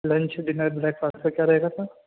lunch dinner breakfast کا کیا رہے گا سر